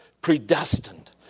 predestined